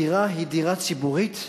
הדירה היא דירה ציבורית,